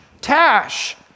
Tash